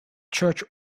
church